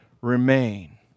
remain